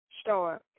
Start